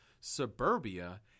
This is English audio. Suburbia